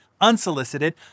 unsolicited